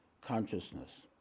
consciousness